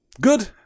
Good